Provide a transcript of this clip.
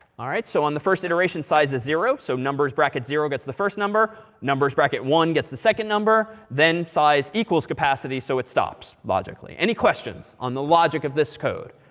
all right. so on the first iteration size is zero. so numbers, bracket, zero, gets the first number. numbers, bracket, one, gets the second number. then, size equals capacity. so it stops, logically. any questions on the logic of this code?